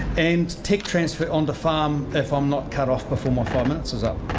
and tech transfer on the farm if i'm not cut off before my five minutes is up.